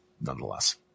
nonetheless